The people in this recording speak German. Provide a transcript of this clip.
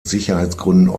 sicherheitsgründen